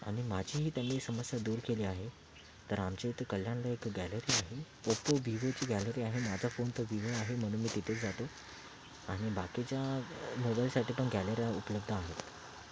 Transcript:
आणि माझीही त्यांनी समस्या दूर केली आहे तर आमच्या इथे कल्याणला एक गॅलरी आहे ओप्पोविवोची गॅलरी आहे माझा फोन तर विवो आहे म्हणून मी तिथे जातो आणि बाकीच्या मोबाइलसाठी पण गॅलऱ्या उपलब्ध आहेत